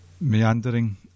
meandering